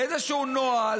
לאיזה נוהל,